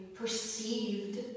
perceived